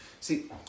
See